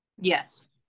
Yes